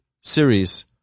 series